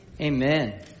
Amen